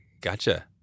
Gotcha